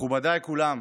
מכובדיי כולם,